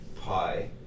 Pi